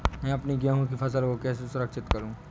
मैं अपनी गेहूँ की फसल को कैसे सुरक्षित करूँ?